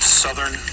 southern